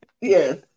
Yes